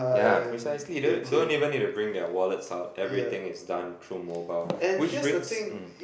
ya precisely don't don't even need to bring their wallets out everything is done through mobile which brings um